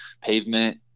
pavement